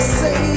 say